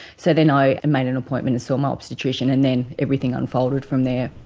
so then i made an appointment and saw my obstetrician and then everything unfolded from there.